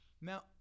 Now